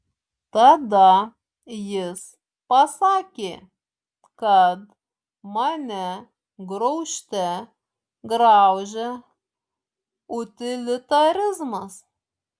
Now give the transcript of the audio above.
tada jis pasakė kad mane graužte graužia utilitarizmas